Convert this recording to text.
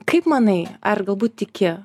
kaip manai ar galbūt tiki